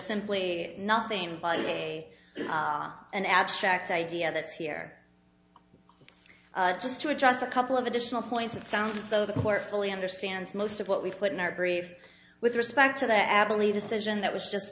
simply nothing but a an abstract idea that's here just to address a couple of additional points it sounds as though the court fully understands most of what we've put in our brief with respect to the abilene decision that was just